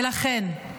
ולכן,